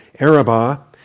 Arabah